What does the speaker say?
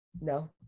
no